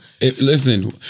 Listen